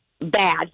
bad